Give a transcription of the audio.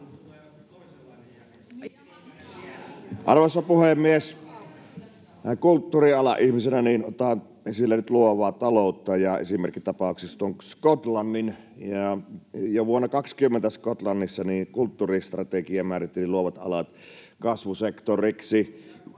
Arvoisa puhemies! Näin kulttuurialan ihmisenä otan esille nyt luovan talouden ja esimerkkitapaukseksi tuon Skotlannin. Jo vuonna 20 Skotlannissa kulttuuristrategia määritteli luovat alat kasvusektoriksi,